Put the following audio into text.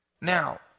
Now